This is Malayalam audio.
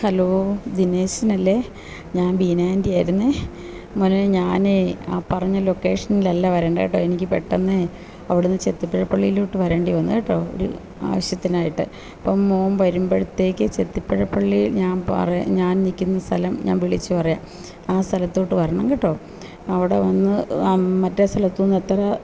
ഹലോ ദിനേശനല്ലേ ഞാൻ ബീന ആൻ്റി ആയിരുന്നു മോനെ ഞാൻ ആ പറഞ്ഞ ലൊക്കേഷനിൽ അല്ല വരേണ്ടത് കേട്ടോ എനിക്ക് പെട്ടെന്ന് അവിടേ നിന്ന് ചെത്തിപ്പുഴപ്പള്ളിയിലോട്ട് വരേണ്ടി വന്നു കേട്ടോ ഒരു ആവശ്യത്തിനായിട്ട് അപ്പം മോൻ വരുമ്പോഴത്തേക്ക് ചെത്തിപ്പുഴപ്പള്ളി ഞാൻ പറയാം ഞാൻ നിൽക്കുന്ന സ്ഥലം ഞാൻ വിളിച്ച് പറയാം ആ സ്ഥലത്തോട്ട് വരണം കേട്ടോ അവിടെ വന്ന് ആ മറ്റേ സ്ഥലത്ത് നിന്ന് എത്ര